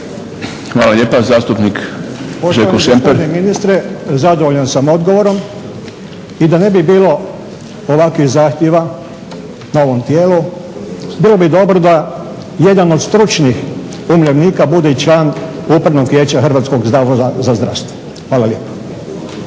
Hvala lijepa. Zastupnik Željko Šemper.